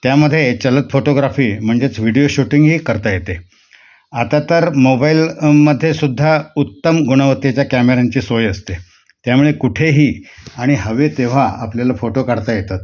त्यामध्ये चलत फोटोग्राफी म्हणजेच व्हिडिओ शूटिंगही करता येते आता तर मोबाईलमध्ये सुद्धा उत्तम गुणवत्तेच्या कॅमेऱ्यांची सोय असते त्यामुळे कुठेही आणि हवे तेव्हा आपल्याला फोटो काढता येतात